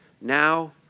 now